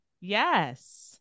Yes